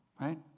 right